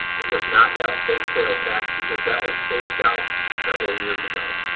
it does not have state sales tax because that was phased out several years ago.